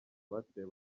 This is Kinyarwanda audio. batewe